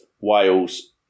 Wales